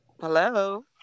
hello